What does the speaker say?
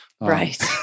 Right